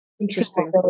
interesting